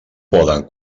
poden